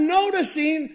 noticing